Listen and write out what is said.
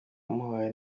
wamuhaye